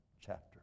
chapter